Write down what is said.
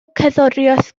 cerddoriaeth